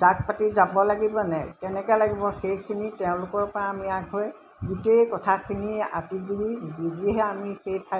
জাক পাতি যাব লাগিবনে তেনেকৈ লাগিব সেইখিনি তেওঁলোকৰ পৰা আমি আগুৱাই গোটেই কথাখিনি আঁতি গুৰি বুজিহে আমি সেই ঠাইত